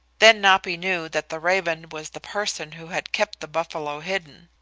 then napi knew that the raven was the person who had kept the buffalo hidden.